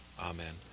Amen